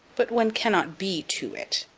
but one cannot be to it.